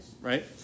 right